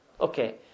Okay